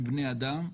הם בני אדם,